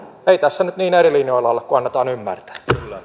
tässä nyt niin eri linjoilla olla kuin annetaan ymmärtää